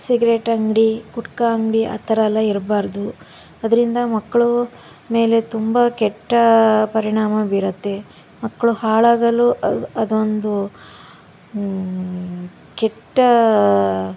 cigarette ಅಂಗಡಿ ಗುಟ್ಕಾ ಅಂಗಡಿ ಆ ಥರ ಎಲ್ಲ ಇರಬಾರ್ದು ಅದರಿಂದ ಮಕ್ಕಳು ಮೇಲೆ ತುಂಬ ಕೆಟ್ಟ ಪರಿಣಾಮ ಬೀರುತ್ತೆ ಮಕ್ಕಳು ಹಾಳಾಗಲು ಅದೊಂದು ಕೆಟ್ಟ